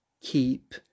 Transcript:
keep